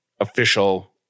Official